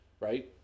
right